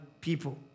people